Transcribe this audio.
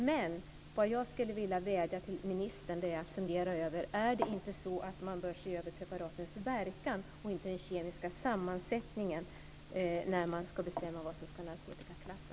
Men jag skulle vilja vädja till ministern att hon funderar över om man inte bör se till preparatens verkan i stället för den kemiska sammansättningen när man ska bestämma vad som ska klassas som narkotika.